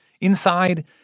Inside